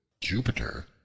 Jupiter